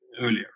earlier